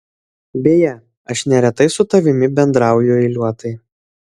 beje aš neretai su tavimi bendrauju eiliuotai